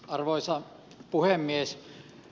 arvoisa puhemies